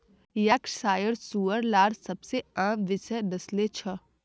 Yorkshire सूअर लार सबसे आम विषय नस्लें छ